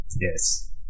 Yes